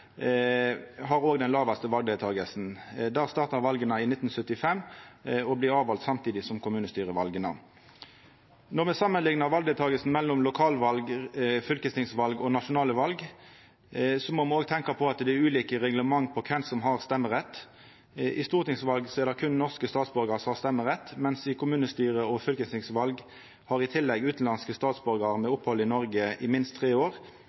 har òg den lågaste valdeltakinga. Der starta vala i 1975, og dei blir haldne samtidig som kommunestyrevala. Når me samanliknar valdeltakinga mellom lokalval, fylkestingsval og nasjonale val, må me òg tenkja på at det er ulike reglement for kven som har stemmerett. I stortingsval er det berre norske statsborgarar som har stemmerett, men i kommunestyre- og fylkestingsval har i tillegg utanlandske statsborgarar med opphald i Noreg i minst tre år